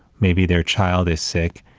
maybe their child is sick,